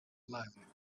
alone